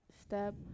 Step